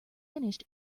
finished